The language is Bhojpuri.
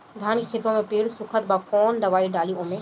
धान के खेतवा मे पेड़ सुखत बा कवन दवाई डाली ओमे?